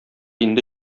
инде